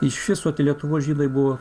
iš viso tie lietuvos žydai buvo